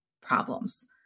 problems